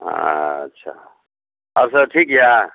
हँ अच्छा आओर सब ठीक यऽ